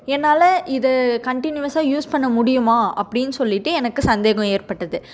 என்னால் இதை கன்டினியூவஸாக யூஸ் பண்ண முடியுமா அப்படினு சொல்லிவிட்டு எனக்கு சந்தேகம் ஏற்பட்டது